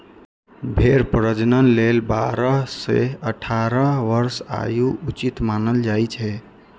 भेड़क प्रजनन लेल बारह सं अठारह वर्षक आयु उचित मानल जाइ छै